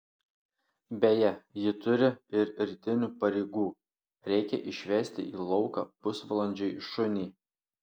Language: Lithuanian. beje ji turi ir rytinių pareigų reikia išvesti į lauką pusvalandžiui šunį